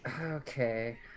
Okay